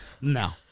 no